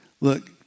look